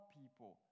people